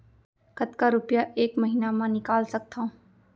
कतका रुपिया एक महीना म निकाल सकथव?